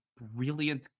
brilliant